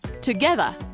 Together